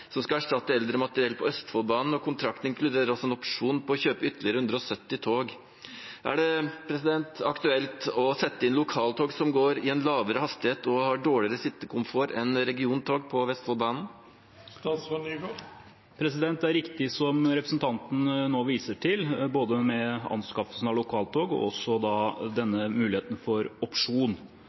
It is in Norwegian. som skal erstatte eldre materiell på Østfoldbanen. Kontrakten inkluderer en opsjon på å kjøpe ytterligere 170 tog.» Er det aktuelt å sette inn lokaltog som går i en lavere hastighet og har dårligere sittekomfort enn regiontog på Vestfoldbanen? Det er riktig som representanten nå viser til, både med anskaffelsen av lokaltog og også da denne muligheten for opsjon.